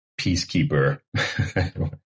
peacekeeper